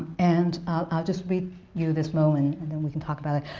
and i'll just read you this moment, and then we can talk about it.